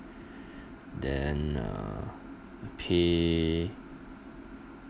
then uh pay